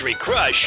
Crush